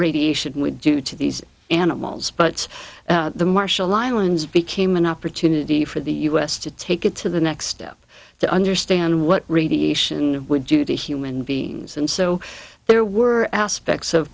radiation would do to these animals but the marshall line and became an opportunity for the us to take it to the next step to understand what radiation would do to human beings and so there were aspects of